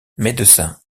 médecin